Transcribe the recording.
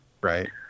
Right